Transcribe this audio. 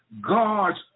God's